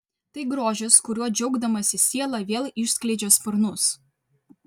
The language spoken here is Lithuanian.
tai grožis kuriuo džiaugdamasi siela vėl išskleidžia sparnus